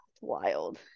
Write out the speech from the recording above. wild